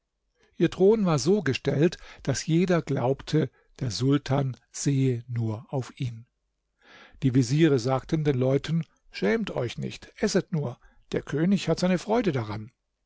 ihr thron war so gestellt daß jeder glaubte der sultan sehe nur auf ihn die veziere sagten den leuten schämt euch nicht esset nur der könig hat seine freude daran